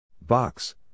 Box